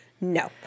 no